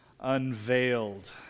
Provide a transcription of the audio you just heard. Unveiled